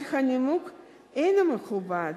אבל הנימוק אינו מכובד,